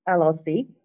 LLC